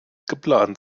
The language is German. geplant